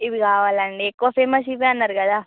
ఇవి కావాలండి ఎక్కువ ఫేమస్ ఇవే అన్నారు కదా